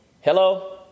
Hello